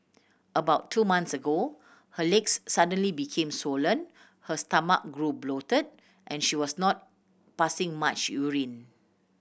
about two months ago her legs suddenly became swollen her stomach grew bloated and she was not passing much urine